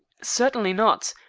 certainly not.